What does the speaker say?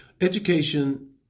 Education